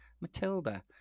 Matilda